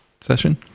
session